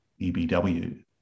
EBW